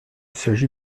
s’agit